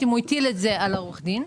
אם הוא הטיל את זה על עורך הדין,